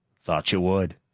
thought you would.